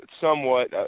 somewhat –